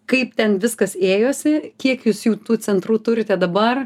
kaip ten viskas ėjosi kiek jūs jų tų centrų turite dabar